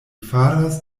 faras